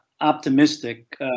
optimistic